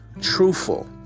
Truthful